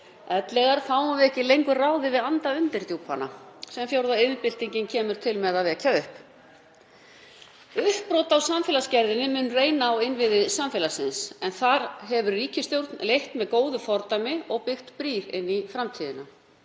ellegar fáum við ekki lengur ráðið við anda undirdjúpanna sem fjórða iðnbyltingin kemur til með að vekja upp. Uppbrot á samfélagsgerðinni mun reyna á innviði samfélagsins en þar hefur ríkisstjórnin leitt með góðu fordæmi og byggt brýr inn í framtíðina,